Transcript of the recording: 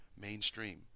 mainstream